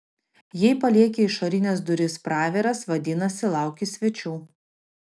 jei palieki išorines duris praviras vadinasi lauki svečių